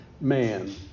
man